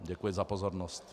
Děkuji za pozornost.